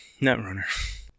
Netrunner